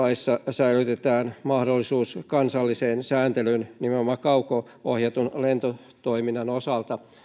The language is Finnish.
säilytetään mahdollisuus kansalliseen sääntelyyn nimenomaan kauko ohjatun lentotoiminnan osalta